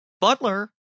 Butler